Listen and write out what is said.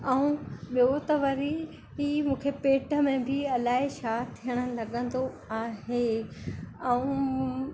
ऐं ॿियो त वरी ई पेट में बि अलाए छा थियणु लॻंदो आहे ऐं